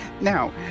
Now